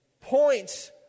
points